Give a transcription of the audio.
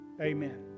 Amen